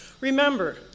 Remember